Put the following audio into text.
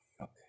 Okay